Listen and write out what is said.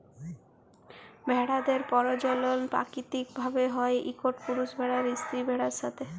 ভেড়াদের পরজলল পাকিতিক ভাবে হ্যয় ইকট পুরুষ ভেড়ার স্ত্রী ভেড়াদের সাথে